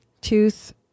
Tooth